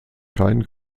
kein